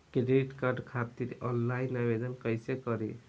Credit card खातिर online आवेदन कइसे करि?